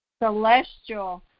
celestial